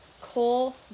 Cole